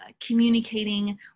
communicating